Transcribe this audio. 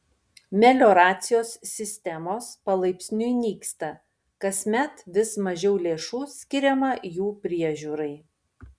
melioracijos sistemos palaipsniui nyksta kasmet vis mažiau lėšų skiriama jų priežiūrai